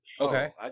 Okay